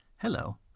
Hello